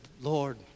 Lord